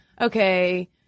okay